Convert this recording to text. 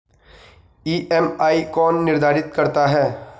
EMI कौन निर्धारित करता है?